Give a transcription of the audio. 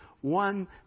one